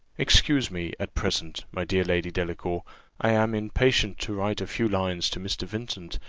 excuse me, at present, my dear lady delacour i am impatient to write a few lines to mr. vincent.